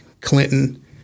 Clinton